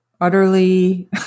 Utterly